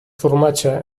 formatge